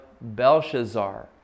Belshazzar